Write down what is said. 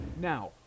Now